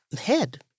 head